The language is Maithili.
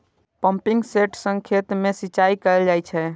पंपिंग सेट सं खेत मे सिंचाई कैल जाइ छै